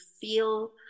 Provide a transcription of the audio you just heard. feel